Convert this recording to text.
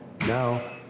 Now